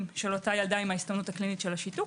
של אותה ילדה עם ההסתמנות הקלינית של השיתוק.